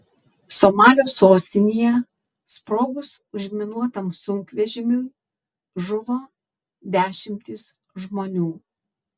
somalio sostinėje sprogus užminuotam sunkvežimiui žuvo dešimtys žmonių